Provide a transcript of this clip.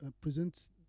presents